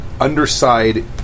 underside